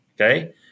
Okay